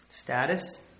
Status